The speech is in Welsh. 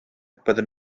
byddwn